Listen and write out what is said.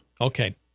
Okay